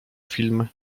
film